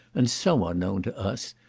and so unknown to us,